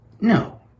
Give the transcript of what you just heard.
no